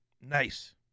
Nice